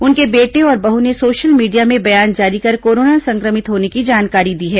उनके बेटे और बहु ने सोशल मीडिया में बयान जारी कर कोरोना संक्रमित होने की जानकारी दी है